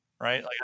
Right